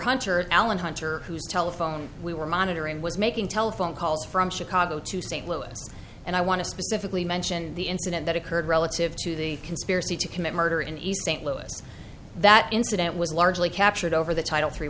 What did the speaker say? hunter alan hunter who's telephone we were monitoring was making telephone calls from chicago to st louis and i want to specifically mention the incident that occurred relative to the conspiracy to commit murder in east st louis that incident was largely captured over the title three